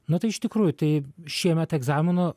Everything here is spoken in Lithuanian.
nu tai iš tikrųjų tai šiemet egzamino